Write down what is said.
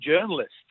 journalists